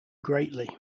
greatly